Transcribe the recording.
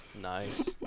Nice